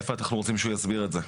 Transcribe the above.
איפה אנחנו רוצים שהוא יסביר את זה?